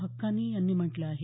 हक्कानी यांनी म्हटलं आहे